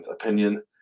Opinion